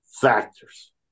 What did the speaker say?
factors